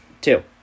Two